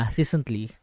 recently